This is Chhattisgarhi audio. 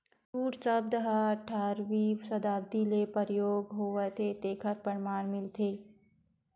जूट सब्द ह अठारवी सताब्दी ले परयोग होवत हे तेखर परमान मिलथे